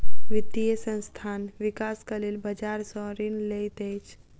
वित्तीय संस्थान, विकासक लेल बजार सॅ ऋण लैत अछि